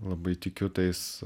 labai tikiu tais